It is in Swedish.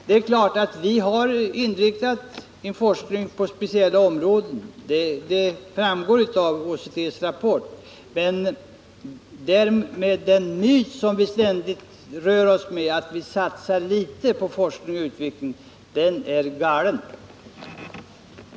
Det är klart att vi har inriktat forskningen på speciella områden — det framgår av OECD:s rapport. Men det ständiga talet om att vi satsar litet på forskning och utveckling är en myt.